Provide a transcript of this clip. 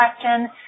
question